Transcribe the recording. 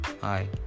Hi